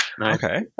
okay